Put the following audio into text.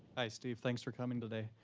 hi, steve. thanks for coming today.